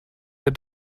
der